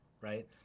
right